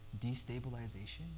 destabilization